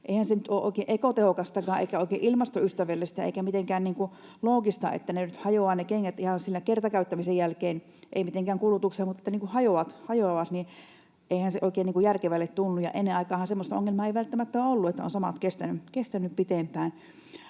oikein ekotehokastakaan eikä oikein ilmastoystävällistä eikä mitenkään niin kuin loogista, että kengät hajoavat ihan siinä kertakäyttämisen jälkeen, eivät mitenkään kulutuksessa vaan niin kuin hajoavat, eihän se oikein järkevälle tunnu. Ennen aikaanhan semmoista ongelmaa ei välttämättä ole ollut, vaan ovat samat kestäneet pitempään.